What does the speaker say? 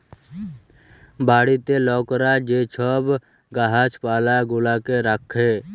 বাড়িতে লকরা যে ছব গাহাচ পালা গুলাকে রাখ্যে